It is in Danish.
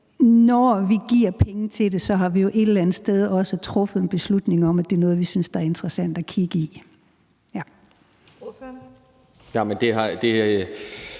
når vi giver penge til det, har vi jo et eller andet sted også truffet en beslutning om, at det er noget, vi synes er interessant at kigge på. Kl.